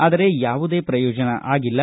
ಆದರೆ ಯಾವುದೇ ಶ್ರಯೋಜನ ಆಗಿಲ್ಲ